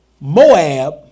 Moab